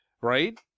right